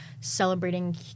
celebrating